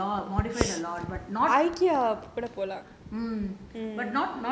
they have a lot but not